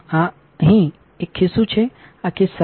આ અહીં આ એક ખિસ્સું છે આ ખિસ્સા છે